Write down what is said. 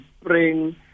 spring